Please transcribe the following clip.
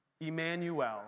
Emmanuel